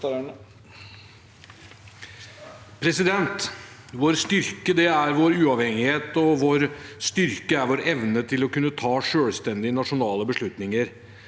Vår styrke er vår uavhengighet, og vår styrke er vår evne til å kunne ta selvstendige, nasjonale beslutninger.